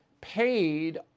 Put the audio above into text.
paid